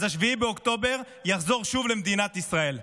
אז 7 באוקטובר יחזור שוב למדינת ישראל.